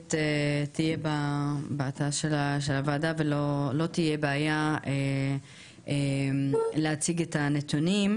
שהמצגת תהיה באתר של הוועדה ולא תהיה בעיה להציג את הנתונים.